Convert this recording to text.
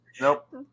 Nope